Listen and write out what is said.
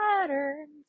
patterns